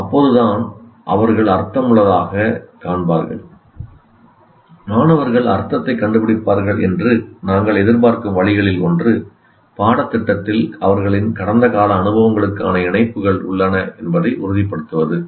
அப்போதுதான் அவர்கள் அர்த்தமுள்ளதாகக் காண்பார்கள் மாணவர்கள் அர்த்தத்தைக் கண்டுபிடிப்பார்கள் என்று நாங்கள் எதிர்பார்க்கும் வழிகளில் ஒன்று பாடத்திட்டத்தில் அவர்களின் கடந்த கால அனுபவங்களுக்கான இணைப்புகள் உள்ளன என்பதை உறுதிப்படுத்துவது